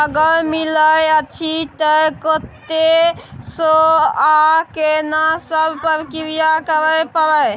अगर मिलय अछि त कत्ते स आ केना सब प्रक्रिया करय परत?